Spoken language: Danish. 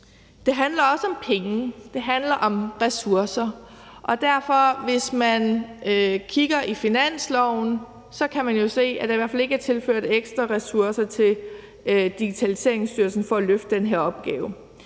Det handler også om penge. Det handler om ressourcer. Hvis man kigger i finansloven, kan man jo se, at der i hvert fald ikke er tilført ekstra ressourcer til Digitaliseringsstyrelsen til at løfte den her opgave.